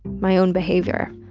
my own behavior.